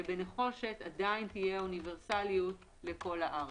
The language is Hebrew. שבנחושת עדיין תהיה אוניברסליות לכל הארץ.